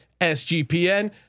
SGPN